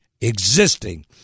existing